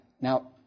Now